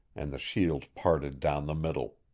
and the shield parted down the middle.